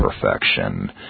perfection